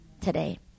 today